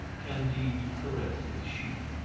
candide caressed his sheep.